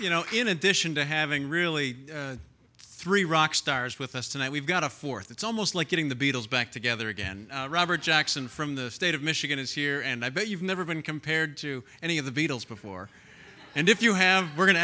you know in addition to having really three rock stars with us tonight we've got a fourth it's almost like getting the beatles back together again robert jackson from the state of michigan is here and i bet you've never been compared to any of the beatles before and if you have we're go